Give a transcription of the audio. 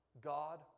God